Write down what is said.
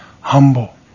humble